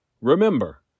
Remember